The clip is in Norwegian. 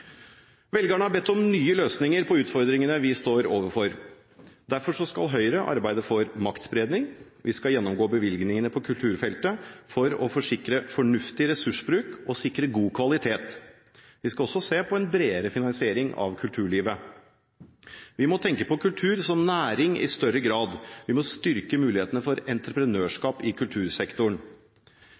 Velgerne har bedt om nye løsninger på utfordringene vi står overfor. Derfor skal Høyre arbeide for maktspredning. Vi skal gjennomgå bevilgningene på kulturfeltet for å sikre fornuftig ressursbruk og god kvalitet. Vi skal også se på en bredere finansiering av kulturlivet. Vi må i større grad tenke på kultur som næring. Vi må styrke mulighetene for entreprenørskap i kultursektoren.